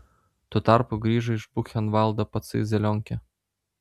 tuo tarpu grįžo iš buchenvaldo patsai zelionkė